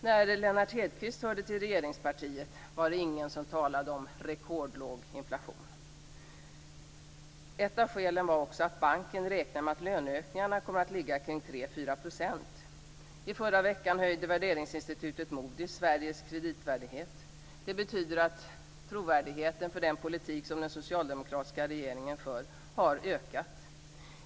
När Lennart Hedquist hörde till regeringspartiet var det ingen som talade om rekordlåg inflation. Ett av skälen var också att banken räknar med att löneökningarna kommer att ligga kring 3-4 %. I förra veckan höjde värderingsinstitutet Moody s Sveriges kreditvärdighet. Det betyder att trovärdigheten för den politik som den socialdemokratiska regeringen för har ökat.